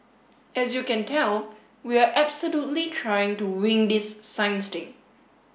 as you can tell we are absolutely trying to wing this science thing